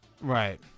Right